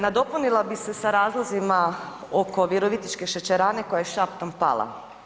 Nadopunila bi se sa razlozima oko virovitičke šećerane koja je šaptom pala.